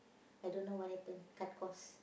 I don't know what happen cut costs